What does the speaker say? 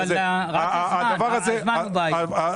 אבל רק הזמן הוא בעיה.